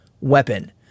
weapon